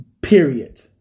Period